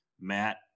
Matt